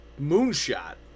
moonshot